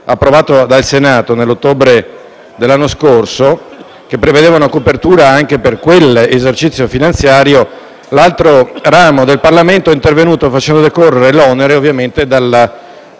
approvato dal Senato nell'ottobre dell'anno scorso, che prevedeva una copertura anche per quell'esercizio finanziario, l'altro ramo del Parlamento è intervenuto facendo decorrere l'onere ovviamente dal